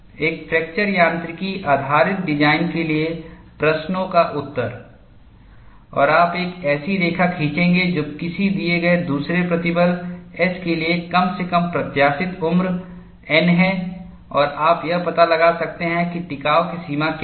एक फ्रैक्चर यांत्रिकी आधारित डिजाइन के लिए प्रश्नों का उत्तर और आप एक ऐसी रेखा खींचेंगे जो किसी दिए गए दूसरे प्रतिबल S के लिए कम से कम प्रत्याशित उम्र N है और आप यह पता लगा सकते हैं कि टिकाव की सीमा क्या है